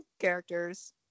characters